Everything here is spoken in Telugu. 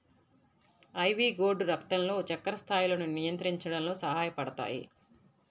ఐవీ గోర్డ్ రక్తంలో చక్కెర స్థాయిలను నియంత్రించడంలో సహాయపడతాయి